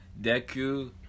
Deku